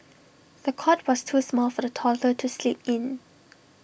the cot was too small for the toddler to sleep in